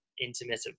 intermittent